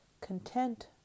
Content